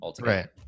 Right